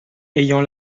ayant